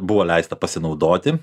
buvo leista pasinaudoti